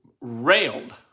railed